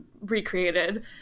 recreated